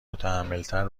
محتملتر